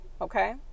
Okay